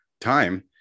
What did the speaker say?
time